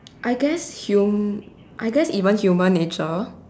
I guess hum~ I guess even human nature